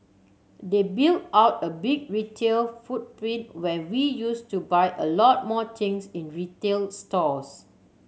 they built out a big retail footprint when we used to buy a lot more things in retail stores